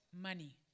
money